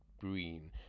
Green